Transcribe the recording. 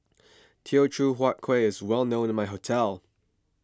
Teochew Huat Kueh is well known in my hometown